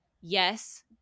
yes